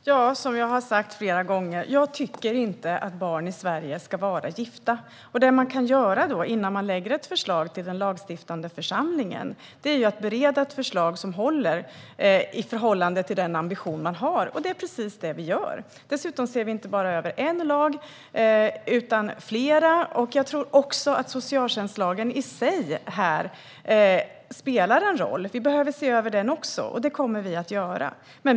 Herr talman! Som jag har sagt flera gånger: Jag tycker inte att barn i Sverige ska vara gifta. Det man kan göra innan man lägger fram ett förslag för den lagstiftande församlingen är att bereda ett förslag som håller i förhållande till den ambition man har. Det är precis det vi gör. Dessutom ser vi inte bara över en lag, utan flera. Jag tror att socialtjänstlagen i sig spelar en roll här. Vi behöver se över den också, och det kommer vi att göra.